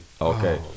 Okay